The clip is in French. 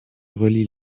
relie